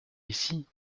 ici